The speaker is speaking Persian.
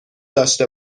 داشته